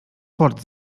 port